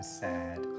sad